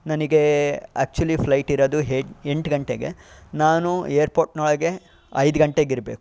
ನನಗೆ actually flight ಇರೋದು ಎಂಟು ಗಂಟೆಗೆ ನಾನು ಏರ್ಪೋರ್ಟ್ನೊಳಗೆ ಐದು ಗಂಟೆಗಿರಬೇಕು